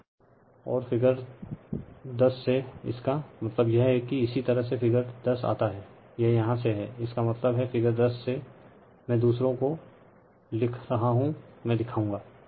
Refer Slide Time 3156 और figure 10 सेइसका मतलब यह हैं कि इसी तरह से फिगर 10आता हैं यह यहाँ से हैं इसका मतलब हैं फिगर 10 से मेंदुसरो को लिख रहा हू में दिखाऊंगा